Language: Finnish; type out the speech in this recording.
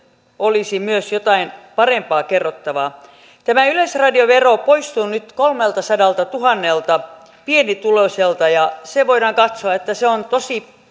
olisi myös jotain parempaa kerrottavaa tämä yleisradiovero poistuu nyt kolmeltasadaltatuhannelta pienituloiselta ja voidaan katsoa että se on